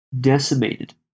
decimated